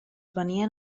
venien